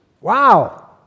Wow